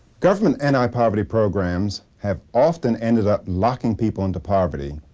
government anti-poverty programs have often ended up locking people into poverty.